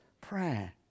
Prayer